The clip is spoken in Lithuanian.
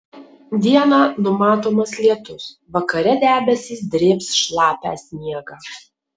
dieną numatomas lietus vakare debesys drėbs šlapią sniegą